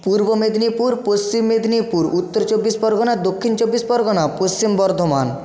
Purba Medinipur Paschim Medinipur Uttar Chabbish Pargana Dakshin Chabbish Pargana Paschim Bardhaman